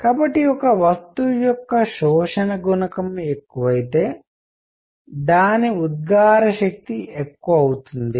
కాబట్టి ఒక వస్తువు యొక్క శోషణ గుణకం ఎక్కువైతే దాని ఉద్గార శక్తి ఎక్కువ అవుతుంది